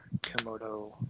Komodo